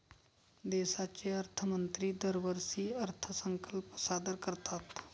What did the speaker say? देशाचे अर्थमंत्री दरवर्षी अर्थसंकल्प सादर करतात